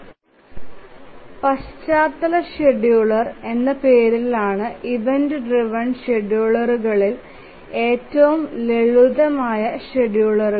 foreground പശ്ചാത്തല scheduler എന്ന പേരിലാണ് ഇവന്റ് ഡ്രൈവ്എൻ ഷെഡ്യൂളറുകളിൽ ഏറ്റവും ലളിതമായ ഷെഡ്യൂളർ